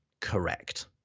correct